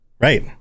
right